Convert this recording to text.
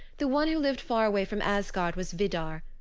the one who lived far away from asgard was vidar,